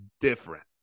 different